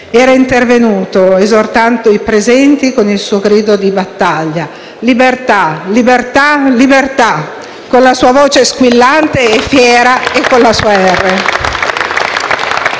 era intervenuto esortando i presenti con il suo grido di battaglia: «Libertà, libertà, libertà!», con la sua voce squillante e fiera e quella sua